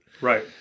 Right